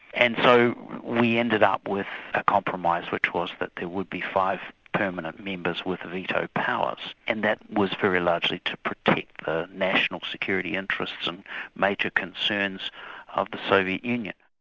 and so we ended up with a compromise which was that there would be five permanent members with veto powers, and that was very largely to protect the national security interests and major concerns of the soviet union.